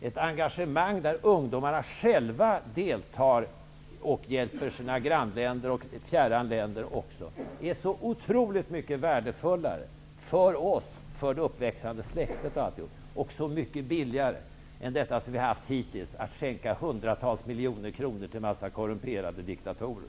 Ett engagemang där ungdomarna själva deltar och hjälper grannländer och fjärran länder är så otroligt mycket värdefullare för oss och för det uppväxande släktet. Det är så mycket billigare än det system vi har haft hittills, då vi har skänkt hundratals miljoner kronor till en massa korrumperade diktatorer.